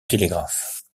télégraphe